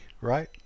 right